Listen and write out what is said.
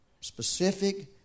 specific